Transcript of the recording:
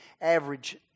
average